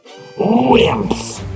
Wimps